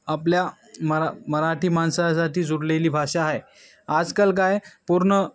आपल्या मरा मराठी माणसासाठी जोडलेली भाषा आहे आजकाल काय पूर्ण